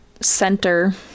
center